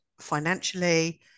financially